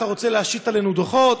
אתה רוצה להשית עלינו דוחות?